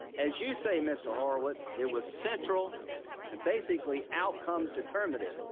as you say, mr. horowitz, it was central and basically outcome determinative.